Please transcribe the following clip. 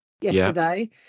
yesterday